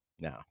no